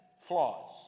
flaws